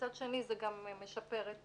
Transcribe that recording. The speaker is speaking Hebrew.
מצד שני, זה משפר את